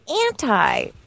anti